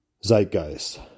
zeitgeist